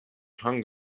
hung